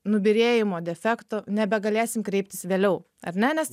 nubyrėjimo defektų nebegalėsim kreiptis vėliau ar ne nes